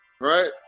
right